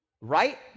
right